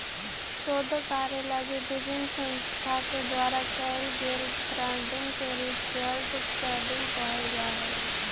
शोध कार्य लगी विभिन्न संस्था के द्वारा कैल गेल फंडिंग के रिसर्च फंडिंग कहल जा हई